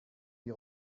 die